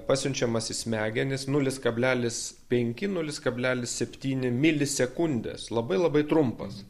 pasiunčiamas į smegenis nulis kablelis penki nulis kablelis septyni milisekundės labai labai trumpas